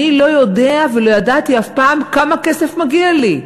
אני לא יודע ולא ידעתי אף פעם כמה כסף מגיע לי,